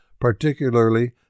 particularly